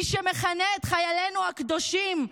מי שמכנה את חיילינו הקדושים,